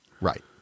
Right